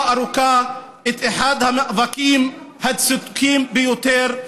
ארוכה את אחד המאבקים הצודקים ביותר.